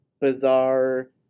bizarre